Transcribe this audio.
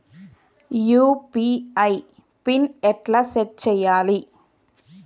UPI pin ఎట్లా set చేయాలే?